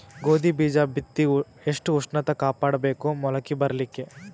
ಗೋಧಿ ಬೀಜ ಬಿತ್ತಿ ಎಷ್ಟ ಉಷ್ಣತ ಕಾಪಾಡ ಬೇಕು ಮೊಲಕಿ ಬರಲಿಕ್ಕೆ?